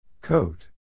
Coat